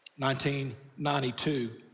1992